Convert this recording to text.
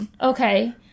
Okay